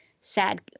sad